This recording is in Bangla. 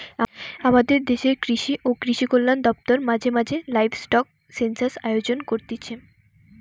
আমদের দেশের কৃষি ও কৃষিকল্যান দপ্তর মাঝে মাঝে লাইভস্টক সেনসাস আয়োজন করতিছে